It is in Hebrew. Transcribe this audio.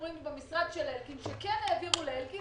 אנחנו רואים במשרד של אלקין שכן העבירו לאלקין,